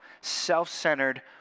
self-centered